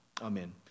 Amen